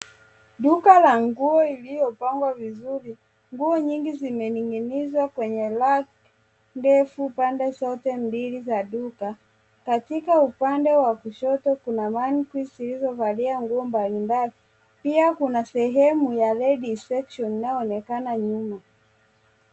Duka la nguo iliyopangwa vizuri, nguo nyingi zimening'inizwa kwenye rack ndefu pande zote mbili za duka. Katika upande wa kushoto kuna mannequins zilizovalia nguo mbalimbali. Pia kuna sehemu ya Ladies Section inayoonekana nyuma.